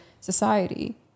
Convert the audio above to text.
society